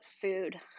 food